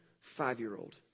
five-year-old